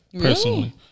Personally